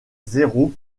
zéro